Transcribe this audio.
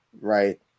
right